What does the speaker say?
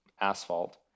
asphalt